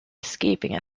escaping